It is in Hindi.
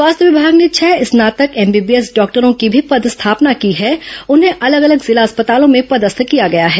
स्वास्थ्य विमाग ने छह स्नातक एमबीबीएस डॉक्टरों की भी पदस्थापना की हैं उन्हें अलग अलग जिला अस्पतालों में पदस्थ किया गया है